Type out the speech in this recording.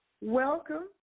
welcome